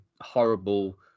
horrible